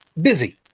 busy